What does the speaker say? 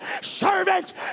servants